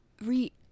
Re